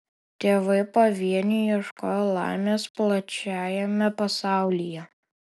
tėvai pavieniui ieškojo laimės plačiajame pasaulyje